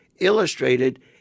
illustrated